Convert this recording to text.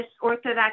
Orthodox